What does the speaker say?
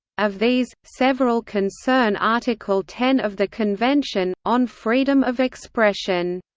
of these, several concern article ten of the convention, on freedom of expression.